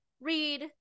Read